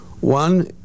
One